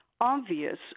obvious